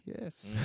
Yes